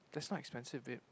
that's not expensive babe